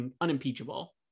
unimpeachable